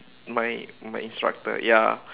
my my instructor ya